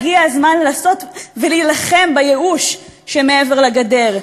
הגיע הזמן לעשות ולהילחם בייאוש שמעבר לגדר,